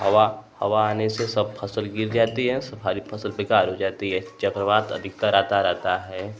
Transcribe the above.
हवा हवा आने के कारण सब फसल गिर जाती है सारी फसल बेकार हो जाती है चक्रवात अधिकतर आता रहता है